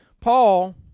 Paul